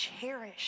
cherish